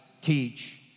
teach